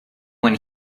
one